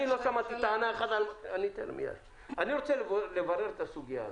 אני רוצה לברר את הסוגיה הזו.